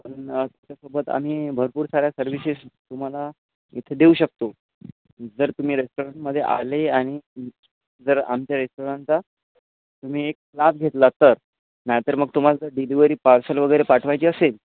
पण त्याच्यासोबत आम्ही भरपूर साऱ्या सर्व्हिसेस तुम्हाला इथं देऊ शकतो जर तुम्ही रेस्टॉरंटमध्ये आले आणि जर आमच्या रेस्टॉरंटचा तुम्ही एक क्लास घेतला तर नाहीतर मग तुम्हाला ते डिलिव्हरी पार्सल वगैरे पाठवायची असेल